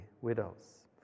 widows